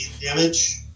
damage